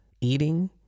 eating